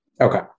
Okay